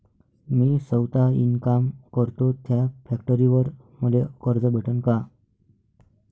मी सौता इनकाम करतो थ्या फॅक्टरीवर मले कर्ज भेटन का?